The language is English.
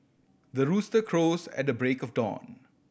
the rooster crows at the break of dawn